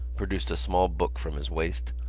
produced a small book from his waist,